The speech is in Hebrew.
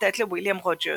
לתת לוויליאם רוג'רס,